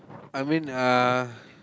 I mean uh